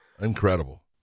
incredible